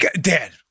dad